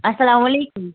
اَلسلام علیکُم